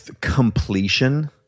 completion